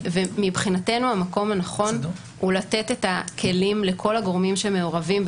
מבחינתנו המקום הנכון הוא לתת את הכלים לכל הגורמים שמעורבים,